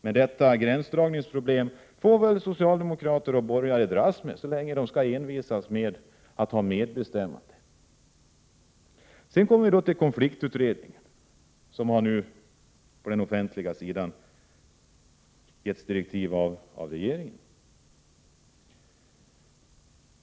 Men detta gränsdragningsproblem får väl socialdemokrater och borgare dras med så länge de skall envisas med att ha medbestämmande. Så något om konfliktutredningen som på den offentliga sidan har fått direktiv av regeringen.